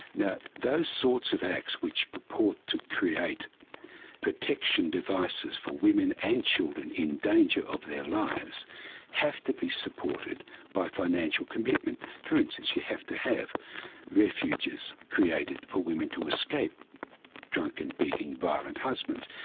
now, those sorts of acts which purport to create protection devices for women and children in danger of their lives have to be supported by financial commitment. for instance, you have to have refuges created for women to escape drunken, beating, violent husbands.